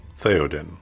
Theoden